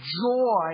joy